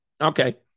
Okay